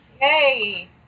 Yay